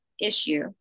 issue